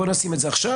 בואו נשים את זה עכשיו.